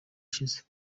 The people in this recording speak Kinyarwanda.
ishize